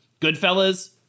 goodfellas